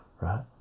right